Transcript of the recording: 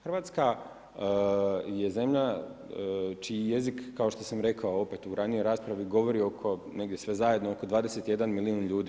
Hrvatska je zemlja čiji jezik, kao što sam rekao u ranijoj raspravi, govori oko negdje sve zajedno oko 21 milijun ljudi.